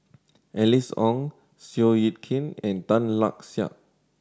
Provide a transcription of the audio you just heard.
Alice Ong Seow Yit Kin and Tan Lark Sye